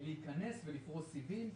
להיכנס ולפרוס סיבים,